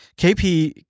KP